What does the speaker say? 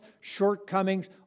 shortcomings